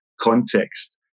context